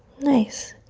nice.